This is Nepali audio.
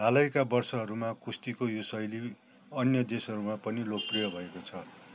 हालैका वर्षहरूमा कुस्तीको यो शैली अन्य देसहरूमा पनि लोकप्रिय भएको छ